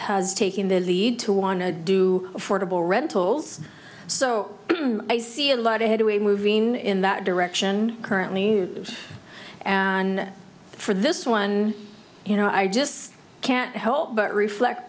has taken the lead to want to do affordable rentals so i see a lot of headway moving in that direction currently use and for this one you know i just can't help but reflect